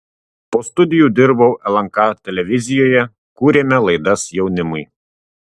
po studijų dirbau lnk televizijoje kūrėme laidas jaunimui